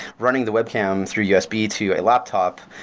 running the webcam through usb, to a laptop.